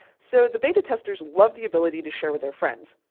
so, the beta testers love the ability to share with their friends.